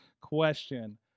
question